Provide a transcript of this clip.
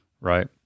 right